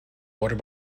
water